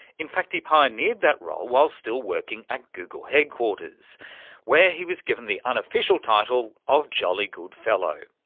in fact, he pioneered that role while still working at google headquarters where he was given the unofficial title of jolly good fellow.